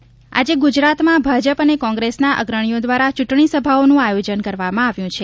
ચૂંટણી પ્રચાર આજે ગુજરાતમાં ભાજપ અને કોંગ્રેસના અગ્રણીઓ દ્વારા ચૂંટણીસભાઓનું આયોજન કરવામાં આવ્યું છે